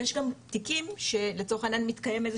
יש גם תיקים שלצורך העניין מתקיים איזה